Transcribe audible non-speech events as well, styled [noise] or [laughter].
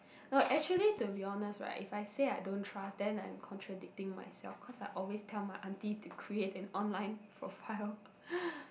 well actually to be honest right if I say I don't trust then I'm contradicting myself cause I always tell my auntie to create an online profile [noise]